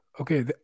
Okay